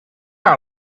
our